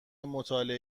مطالعه